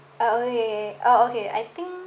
oh okay oh okay I think